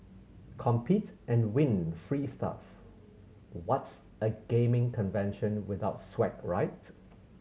compete and win free stuff what's a gaming convention without swag right